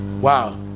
Wow